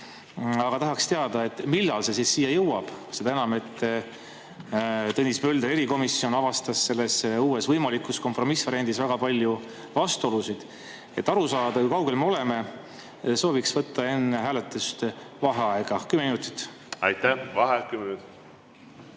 ma tahaksin teada, millal see siia jõuab, seda enam, et Tõnis Mölderi erikomisjon avastas selles uues võimalikus kompromissvariandis väga palju vastuolusid. Et aru saada, kui kaugel me oleme, sooviks võtta enne hääletust vaheaega 10 minutit. Aitäh juhatajale! Tegemist